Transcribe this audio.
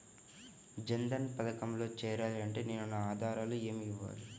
జన్ధన్ పథకంలో చేరాలి అంటే నేను నా ఆధారాలు ఏమి ఇవ్వాలి?